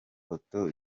foto